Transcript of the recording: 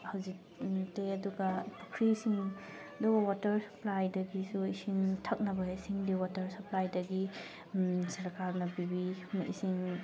ꯍꯧꯖꯤꯛ ꯇꯤ ꯑꯗꯨꯒ ꯄꯨꯈ꯭ꯔꯤꯁꯤꯡ ꯑꯗꯨꯒ ꯋꯥꯇꯔ ꯁꯄ꯭ꯂꯥꯏꯗꯒꯤꯁꯨ ꯏꯁꯤꯡ ꯊꯛꯅꯕꯁꯤꯡꯗꯤ ꯋꯥꯇꯔ ꯋꯥꯄ꯭ꯂꯥꯏꯗꯒꯤ ꯁꯔꯀꯥꯔꯅ ꯄꯤꯕꯤ ꯏꯁꯤꯡ